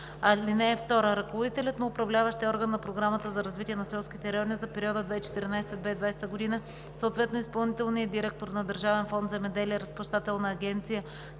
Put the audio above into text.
(2) Ръководителят на управляващия орган на Програмата за развитие на селските райони за периода 2014 – 2020 г., съответно изпълнителният директор на Държавен фонд „Земеделие“ – Разплащателна агенция за мерките и